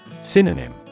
Synonym